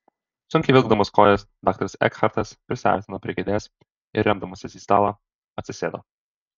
sunkiai vilkdamas kojas daktaras ekhartas prisiartino prie kėdės ir remdamasis į stalą atsisėdo